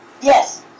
Yes